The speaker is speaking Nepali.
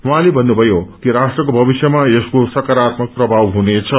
उहाँले भन्नुभयो कि राष्ट्रको भविष्यमा यसको सकारात्मक प्रभाव हुनेछ